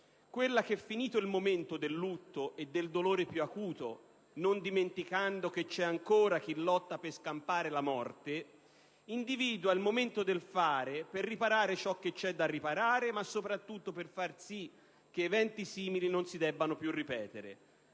quella che, finito il momento del lutto e del dolore più acuto (non dimenticando che c'è ancora chi lotta per scampare alla morte), individua il momento del fare per riparare ciò che c'è da riparare, ma soprattutto per far sì che eventi simili non si debbano più ripetere.